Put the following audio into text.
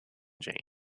jane